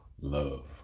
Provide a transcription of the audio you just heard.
love